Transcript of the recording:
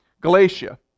Galatia